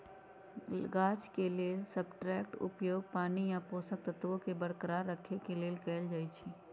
गाछ के लेल सबस्ट्रेट्सके उपयोग पानी आ पोषक तत्वोंके बरकरार रखेके लेल कएल जाइ छइ